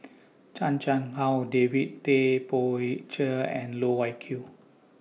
Chan Chang How David Tay Poey Cher and Loh Wai Kiew